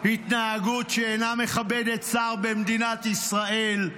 התנהגות שאינה מכבדת שר במדינת ישראל.